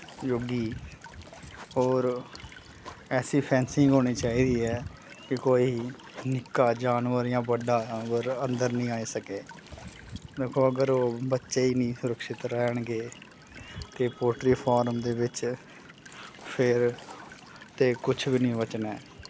जोगी और ऐसी फैंसिंग होनी चाहिदी ऐ कि कोई निक्का जानवर जां बड्डा जानवर अन्दर निं आई सके दिक्खो अगर बच्चे ही निं सुरक्षित रैह्न गे ते पोल्ट्री फार्म दे बिच्च फिर ते कुछ वी निं बचना ऐ